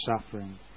suffering